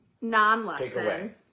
non-lesson